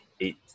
eight